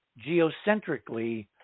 geocentrically